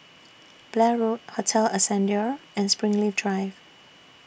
Blair Road Hotel Ascendere and Springleaf Drive